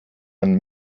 man